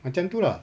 macam itu lah